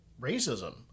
racism